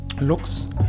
looks